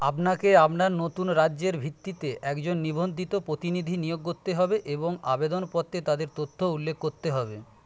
আপনাকে আপনার নতুন রাজ্যের ভিত্তিতে একজন নিবন্ধিত প্রতিনিধি নিয়োগ করতে হবে এবং আবেদনপত্রে তাদের তথ্য উল্লেখ করতে হবে